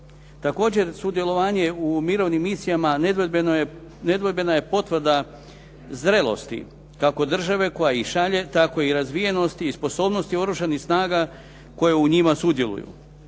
Također sudjelovanje u mirovnim misijama nedvojbena je potvrda zrelosti kako države koja ih šalje, tako i razvijenosti i sposobnosti Oružanih snaga, koje u njima sudjeluju.